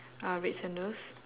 uh red sandals